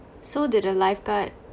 so did the lifeguard